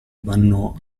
vanno